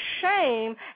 shame